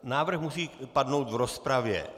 Návrh musí padnout v rozpravě.